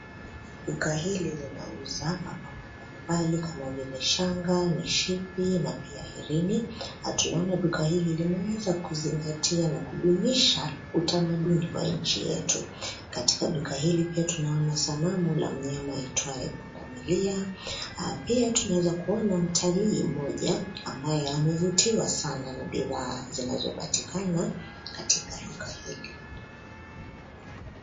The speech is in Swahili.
Duka hili linauza mapambo mbalimbali kama vile shanga, mishipi na pia herini, tunaona duka hili limeweza kuzingatia na kudumisha, utamaduni wa nchi yetu, katika duka hili pia tunaona sanamu la mnyama aitwaye pundamilia, pia tunaweza kuona mtalii mmoja, ambaye amevutiwa sana na bidhaa zinazopatikana, katika duka hili.